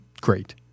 great